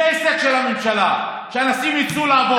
זה הישג של הממשלה שאנשים יצאו לעבוד.